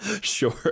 Sure